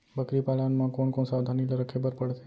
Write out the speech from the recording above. बकरी पालन म कोन कोन सावधानी ल रखे बर पढ़थे?